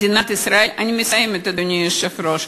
אני מסיימת, אדוני היושב-ראש.